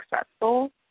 successful